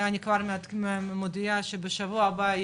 אני כבר מודיעה שבשבוע הבא,